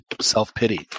self-pity